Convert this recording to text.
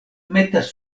metas